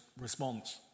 response